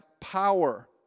power